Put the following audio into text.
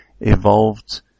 evolved